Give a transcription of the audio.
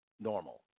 normal